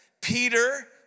Peter